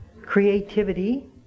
creativity